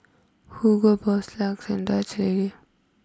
Hugo Boss LUX and Dutch Lady